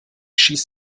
schieß